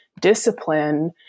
discipline